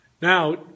Now